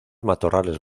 matorrales